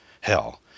hell